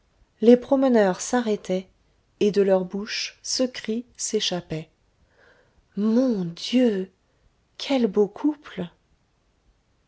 les promeneurs s'arrêtaient et de leur bouche ce cri s'échappait mon dieu quel beau couple